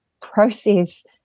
process